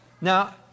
Now